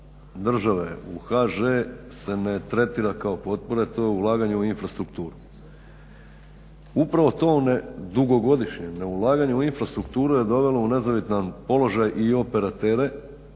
države u HŽ se ne tretira kao potpore. To je ulaganje u infrastrukturu. Upravo to dugogodišnje neulaganje u infrastrukturu je dovelo u nezavidan položaj i operatere